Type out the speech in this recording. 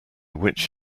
which